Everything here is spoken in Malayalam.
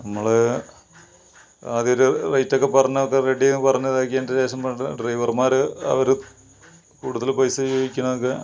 നമ്മൾ ആദ്യമായിട്ട് റേറ്റ് ഒക്കെ പറഞ്ഞൊക്കെ റെഡി ആയി പറഞ്ഞ് ഇതാക്കിയതിൻ്റെ ശേഷം പറഞ്ഞ ഡ്രൈവർമാർ അവർ കൂടുതൽ പൈസ ചോദിക്കുന്നതൊക്കെ